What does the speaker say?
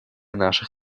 наших